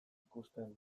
ikusten